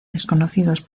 desconocidos